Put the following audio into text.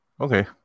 okay